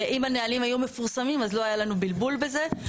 אם הנהלים היו מפורסמים אז לא היה לנו בלבול בזה.